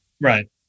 Right